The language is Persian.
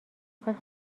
خواد